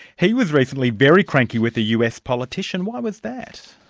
he was recently very cranky with a us politician why was that?